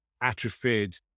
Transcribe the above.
atrophied